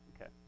okay